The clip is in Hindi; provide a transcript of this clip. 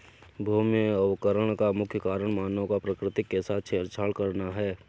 भूमि अवकरण का मुख्य कारण मानव का प्रकृति के साथ छेड़छाड़ करना है